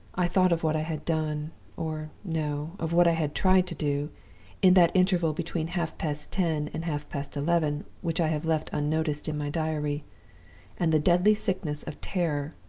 i thought of what i had done or, no, of what i had tried to do in that interval between half-past ten and half-past eleven, which i have left unnoticed in my diary and the deadly sickness of terror,